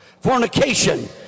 fornication